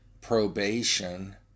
probation